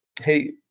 Hey